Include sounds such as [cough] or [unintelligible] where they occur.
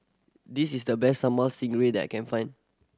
this is the best sambal [unintelligible] that I can find